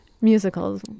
Musicals